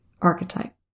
Archetype